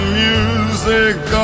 music